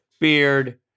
beard